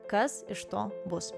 kas iš to bus